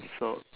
so